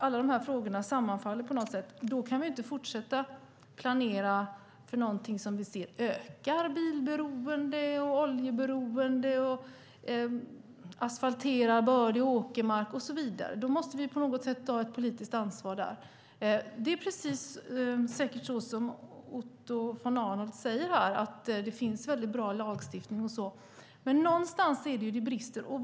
Alla dessa frågor sammanfaller på något sätt, och då kan vi inte fortsätta planera för någonting som vi ser ökar bil och oljeberoendet, som gör att vi asfalterar bördig åkermark och så vidare. Då måste vi på något sätt ta ett politiskt ansvar. Det är säkert som Otto von Arnold säger, att det finns väldigt bra lagstiftning, men någonstans brister det.